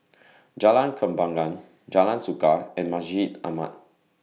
Jalan Kembangan Jalan Suka and Masjid Ahmad